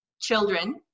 children